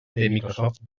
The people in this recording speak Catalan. microsoft